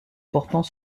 portant